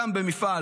גם במפעל